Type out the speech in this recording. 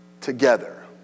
together